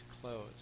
close